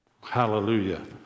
Hallelujah